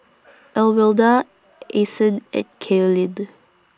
Alwilda Ason and Cailyn